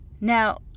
Now